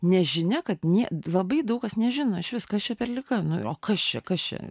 nežinia kad nė labai daug kas nežino išvis kas čia per liga nu o kas čia kas čia